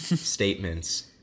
statements